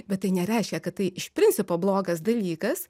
bet tai nereiškia kad tai iš principo blogas dalykas